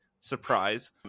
Surprise